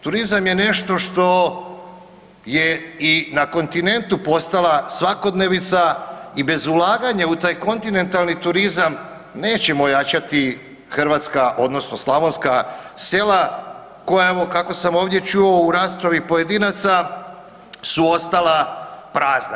Turizam je nešto što je i na kontinentu postala svakodnevnica i bez ulaganja u taj kontinentalni turizam nećemo ojačati hrvatska odnosno slavonska sela koja evo kako sam ovdje čuo u raspravi pojedinaca su ostala prazna.